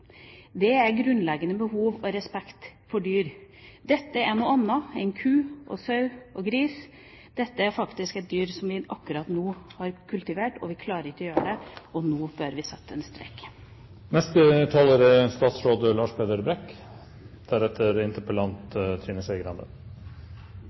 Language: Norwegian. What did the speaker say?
Det er deres grunnleggende behov – i respekt for dyrene. Dette er noe annet enn ku, sau og gris. Dette er faktisk dyr som vi akkurat nå har kultivert, og vi klarer ikke å gjøre det. Nå bør vi sette en strek.